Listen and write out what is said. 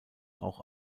auch